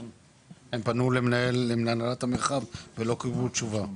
הם פנו להנהלת המרחב ולא קיבלו תשובה.